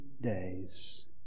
days